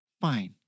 Fine